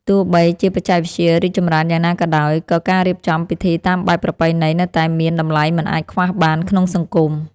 ទោះបីជាបច្ចេកវិទ្យារីកចម្រើនយ៉ាងណាក៏ដោយ ក៏ការរៀបចំពិធីតាមបែបប្រពៃណីនៅតែមានតម្លៃមិនអាចខ្វះបានក្នុងសង្គម។